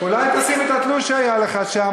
אולי תשים את התלוש שהיה לך שם,